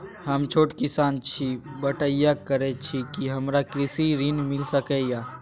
हम छोट किसान छी, बटईया करे छी कि हमरा कृषि ऋण मिल सके या?